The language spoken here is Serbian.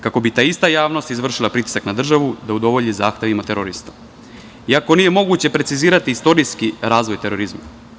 Kako bi ta ista javnost izvršila pritisak na državu da udovolji zahtevima terorista, iako nije moguće precizirati istorijski razvoj terorizma.